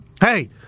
Hey